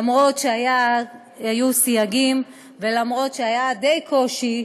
למרות שהיו סייגים ולמרות שהיה די קשה,